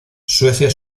suecia